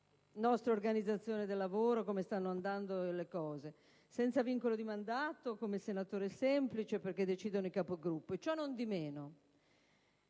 nostra organizzazione dei lavori e su come stanno andando le cose: senza vincolo di mandato, come senatore semplice, perché decidono i Capigruppo. Ciò non di meno,